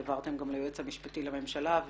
העברתם גם ליועץ המשפטי לממשלה,